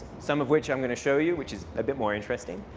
some of which i'm going to show you, which is a bit more interesting.